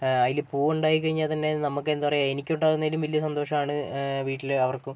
അതിൽ പൂവുണ്ടായി കഴിഞ്ഞാൽത്തന്നെ നമുക്ക് എന്താപറയാ എനിക്കുണ്ടാവുന്നതിലും വലിയ സന്തോഷമാണ് വീട്ടിൽ അവർക്കും